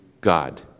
God